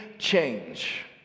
change